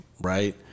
Right